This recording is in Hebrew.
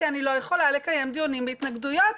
כי אני לא יכולה לקיים דיונים בהתנגדויות,